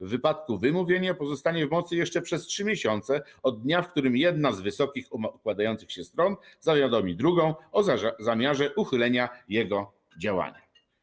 W wypadku wymówienia pozostanie w mocy jeszcze przez trzy miesiące od dnia, w którym jedna z Wysokich Układających się Stron zawiadomi drugą o zamiarze uchylenia jego działania”